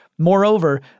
Moreover